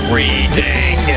reading